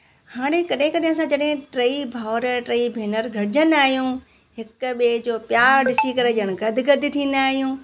हाणे कॾहिं कॾहिं असां जॾहिं टई भाउर टई भेनरु गॾिजंदा आहियूं हिक ॿिए जो प्यारु ॾिसी करे ॼणु गदगदु थींदा आहियूं